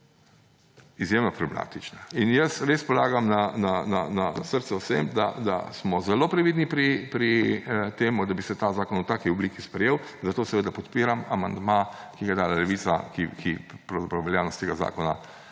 izjemno problematične. In jaz res polagam na srca vsem, da smo zelo previdni pri tem, da bi se ta zakon v taki obliki sprejel. Zato seveda podpiram amandma, ki ga je dala Levica, ki pravzaprav veljavnost tega zakona